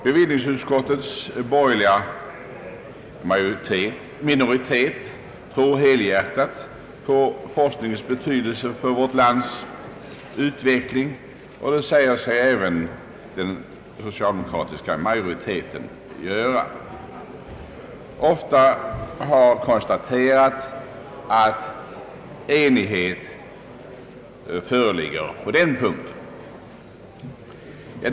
Bevillningsutskottets borgerliga minoritet tror helhjärtat på forskningens betydelse för vårt lands utveckling, och det säger sig även den socialdemokratiska majoriteten göra. Ofta har konstaterats att enighet föreligger på den punkten.